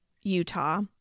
Utah